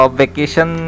vacation